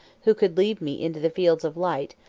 who could lead me into the fields of light,